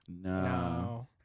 No